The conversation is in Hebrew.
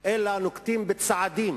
אלא נוקטים צעדים.